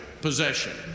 possession